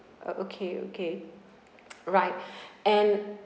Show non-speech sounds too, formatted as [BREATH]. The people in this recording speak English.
uh okay okay right [BREATH] and